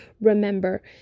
Remember